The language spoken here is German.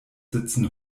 sitzen